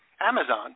Amazon